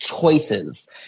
choices